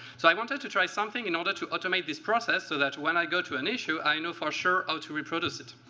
so i wanted to try something in order to automate this process so that, when i go to an issue, i know for sure how ah to reproduce it.